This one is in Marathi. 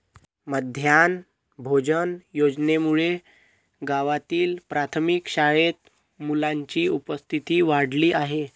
माध्यान्ह भोजन योजनेमुळे गावातील प्राथमिक शाळेत मुलांची उपस्थिती वाढली आहे